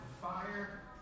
fire